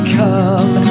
come